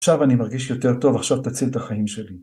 עכשיו אני מרגיש יותר טוב, עכשיו תציל את החיים שלי.